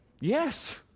Yes